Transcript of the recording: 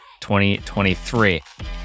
2023